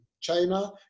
China